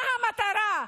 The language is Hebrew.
מה המטרה?